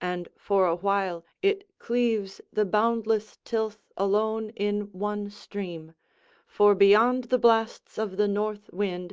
and for a while it cleaves the boundless tilth alone in one stream for beyond the blasts of the north wind,